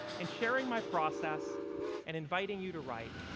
in sharing my process and inviting you to write,